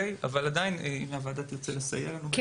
עדיין אם הוועדה תרצה לסייע, אנחנו מאוד נשמח.